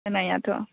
होनायाथ'